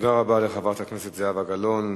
תודה רבה לחברת הכנסת זהבה גלאון.